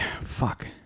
Fuck